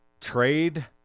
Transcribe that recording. trade